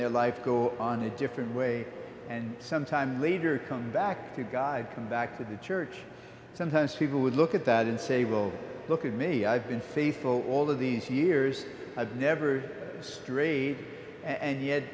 their life go on a different way and some time later come back to guide them back to the church sometimes people would look at that and say well look at me i've been faithful all of these years i've never strayed and yet